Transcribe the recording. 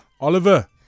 Oliver